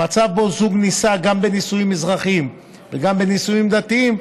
במצב שבו זוג נישא גם בנישואים אזרחיים וגם בנישואים דתיים,